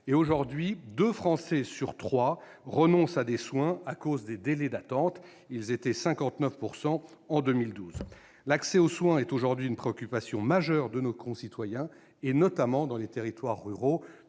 ; aujourd'hui, deux Français sur trois renoncent à des soins à cause des délais d'attente, contre 59 % en 2012. L'accès aux soins est à l'heure actuelle une préoccupation majeure de nos concitoyens, notamment dans les territoires ruraux.